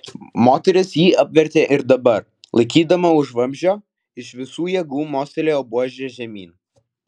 moteris jį apvertė ir dabar laikydama už vamzdžio iš visų jėgų mostelėjo buože žemyn